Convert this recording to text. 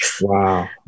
Wow